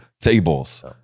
tables